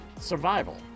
survival